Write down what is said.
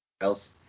else